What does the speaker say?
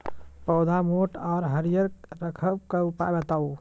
पौधा मोट आर हरियर रखबाक उपाय बताऊ?